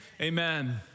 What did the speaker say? Amen